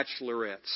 bachelorettes